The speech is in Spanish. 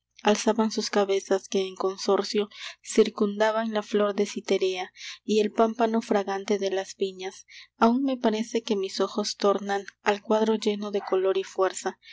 alzaban sus cabezas que en consorcio circundaban la flor de citerea y el pámpano fragante de las viñas aun me parece que mis ojos tornan al cuadro lleno de color y fuerza